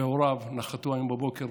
והוריו נחתו היום בבוקר